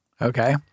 Okay